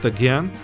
Again